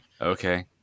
okay